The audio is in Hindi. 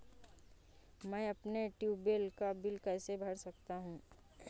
मैं अपने ट्यूबवेल का बिल कैसे भर सकता हूँ?